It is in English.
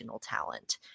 talent